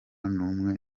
n’umwe